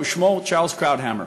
ושמו הוא צ'רלס קראוטהמר.